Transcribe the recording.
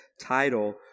title